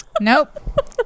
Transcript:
nope